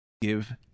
Give